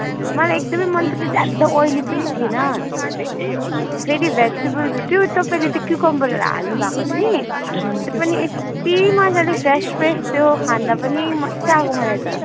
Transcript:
हजुर मलाई एकदमै मन पर्छ ज्यादा ओइली पनि थिएन फेरि भेजिटेबल्स त्यो तपाईँले त्यो क्युकम्बरहरू हाल्नुभएको थियो नि त्यो पनि यति मजाले फ्रेस फ्रेस थियो खाँदा पनि मजा एको मलाई त